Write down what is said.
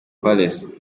palace